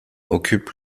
occupent